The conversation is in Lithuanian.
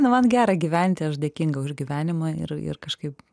man gera gyventi aš dėkinga už gyvenimą ir ir kažkaip